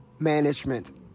Management